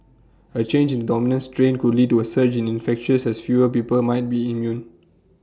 A change in dominant strain could lead to A surge in infections has fewer people might be immune